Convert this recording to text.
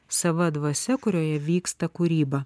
sava dvasia kurioje vyksta kūryba